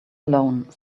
alone